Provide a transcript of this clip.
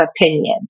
opinions